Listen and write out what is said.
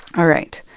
all right.